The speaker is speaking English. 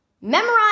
Memorize